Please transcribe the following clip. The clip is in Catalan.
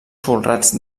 folrats